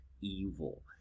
evil